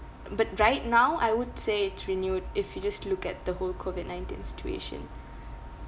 but right now I would say it's renewed if you just look at the whole COVID-nineteen situation